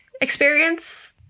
experience